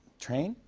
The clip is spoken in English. train,